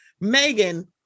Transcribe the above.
Megan